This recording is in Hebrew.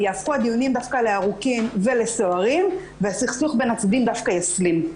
יהפכו הדיונים לארוכים ולסוערים והסכסוך בין הצדדים דווקא יסלים.